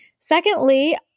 Secondly